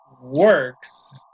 works